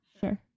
Sure